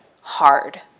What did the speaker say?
hard